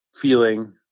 feeling